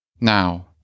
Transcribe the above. Now